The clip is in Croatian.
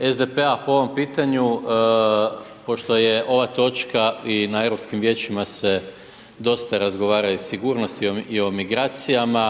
SDP-a po ovom pitanju pošto je ova točka i na europskim vijećima se dosta razgovara o sigurnosti i o migracijama,